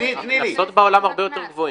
הקנסות בעולם הם הרבה יותר גבוהים.